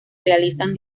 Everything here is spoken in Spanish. realizan